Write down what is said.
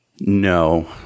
No